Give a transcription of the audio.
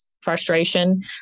frustration